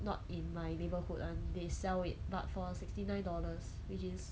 not in my neighborhood [one] they sell it but for sixty nine dollars which is